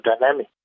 dynamic